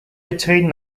between